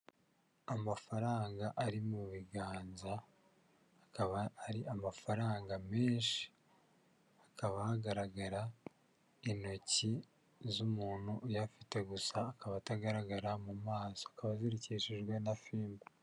Amafaranga ari mu biganza, akaba ari amafaranga menshi, hakaba hagaragara intoki z'umuntu uyafite, gusa akaba atagaragara mu maso akaba azirikeshijwe na fimbo.